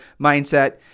mindset